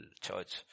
church